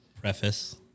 Preface